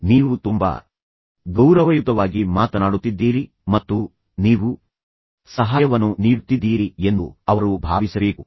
ಆದ್ದರಿಂದ ಅವರು ಕೇಳಿದಾಗ ಅವರು ತುಂಬಾ ಬೆಚ್ಚಗಾಗಬೇಕು ನೀವು ತುಂಬಾ ಗೌರವಯುತವಾಗಿ ಮಾತನಾಡುತ್ತಿದ್ದೀರಿ ಮತ್ತು ನೀವು ಸಹಾಯವನ್ನು ನೀಡುತ್ತಿದ್ದೀರಿ ಎಂದು ಅವರು ಭಾವಿಸಬೇಕು